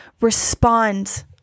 respond